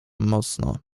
mocno